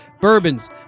bourbons